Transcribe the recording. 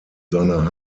seiner